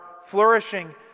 flourishing